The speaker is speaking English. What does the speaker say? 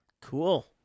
Cool